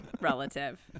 relative